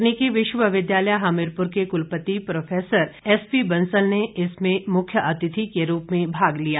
तकनीकी विश्वविद्यालय हमीरपुर के कुलपति प्रोफैसर एसपी बंसल ने इसमें मुख्य अतिथि के रूप में भाग लिया